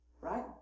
right